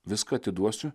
viską atiduosiu